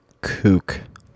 Kook